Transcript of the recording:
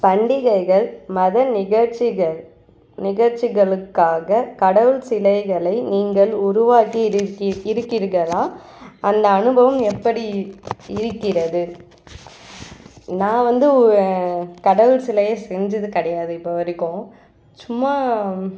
பண்டிகைகள் மத நிகழ்ச்சிகள் நிகழ்ச்சிகளுக்காக கடவுள் சிலைகளை நீங்கள் உருவாக்கி இருக்கி இருக்கிறீர்களா அந்த அனுபவம் எப்படி இருக்கிறது நான் வந்து கடவுள் சிலையை செஞ்சது கிடையாது இப்போ வரைக்கும் சும்மா